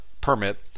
permit